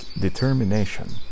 determination